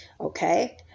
Okay